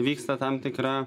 vyksta tam tikra